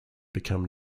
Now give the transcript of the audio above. become